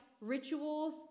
rituals